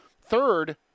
third